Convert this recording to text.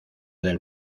del